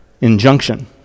injunction